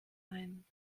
ein